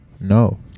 No